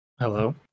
Hello